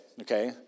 Okay